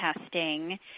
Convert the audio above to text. testing